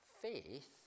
faith